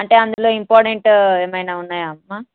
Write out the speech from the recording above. అంటే అందులో ఇంపార్టెంట్ ఏమైన ఉన్నాయా అమ్మ